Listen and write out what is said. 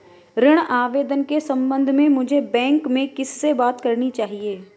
ऋण आवेदन के संबंध में मुझे बैंक में किससे बात करनी चाहिए?